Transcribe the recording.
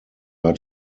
hat